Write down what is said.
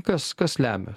kas kas lemia